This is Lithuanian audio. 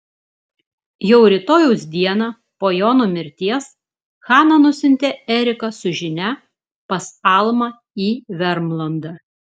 jau rytojaus dieną po jono mirties hana nusiuntė eriką su žinia pas almą į vermlandą